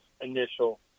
initial